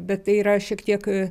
bet tai yra šiek tiek